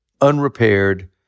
unrepaired